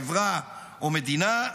חברה או מדינה,